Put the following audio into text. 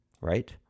right